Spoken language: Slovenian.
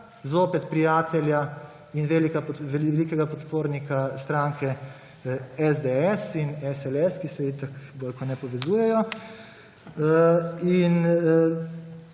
zopet prijatelja in velikega podpornika stranke SDS in SLS, ki se itak bolj kot ne povezujejo.